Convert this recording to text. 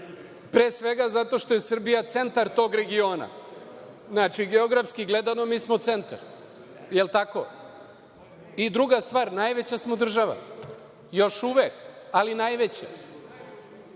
Pre svega, zato što je Srbija centar tog regiona. Znači, geografski gledano, mi smo centar. Jel tako? Druga stvar – najveća smo država. Kada uzmete